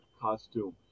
costume